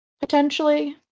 potentially